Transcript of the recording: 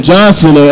Johnson